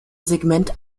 segment